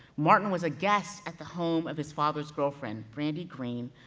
martin was a guest at the home of his father's girlfriend, brandy green,